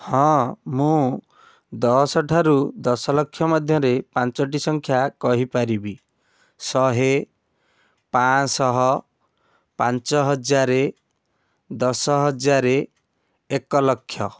ହଁ ମୁଁ ଦଶ ଠାରୁ ଦଶଲକ୍ଷ ମଧ୍ୟରେ ପାଞ୍ଚଟି ସଂଖ୍ୟା କହିପାରିବି ଶହେ ପାଁଶହ ପାଞ୍ଚହଜାର ଦଶହଜାର ଏକଲକ୍ଷ